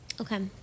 Okay